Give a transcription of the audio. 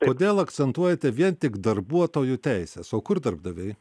kodėl akcentuojate vien tik darbuotojų teises o kur darbdaviai